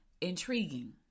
intriguing